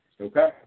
okay